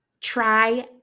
try